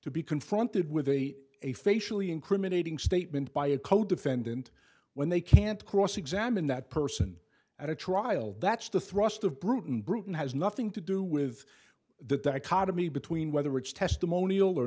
to be confronted with a a facially incriminating statement by a codefendant when they can't cross examine that person at a trial that's the thrust of brewton brewton has nothing to do with the dichotomy between whether it's testimonial or